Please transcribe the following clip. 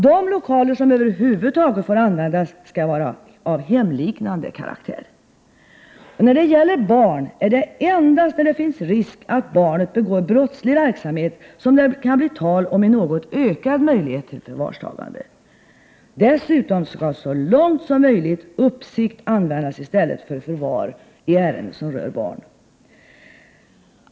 De lokaler som över huvud taget får användas skall vara av hemliknande karaktär. När det gäller barn är det endast när det finns risk att barnet begår brottslig verksamhet som det kan bli tal om en något ökad möjlighet till förvarstagande. Dessutom skall så långt som möjligt uppsikt användas i stället för förvar i ärenden som rör barn.